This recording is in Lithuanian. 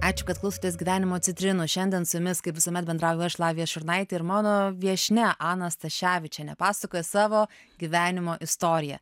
ačiū kad klausotės gyvenimo citrinų šiandien su jumis kaip visuomet bendrauju aš lavija šurnaitė ir mano viešnia ana staševičienė pasakoja savo gyvenimo istoriją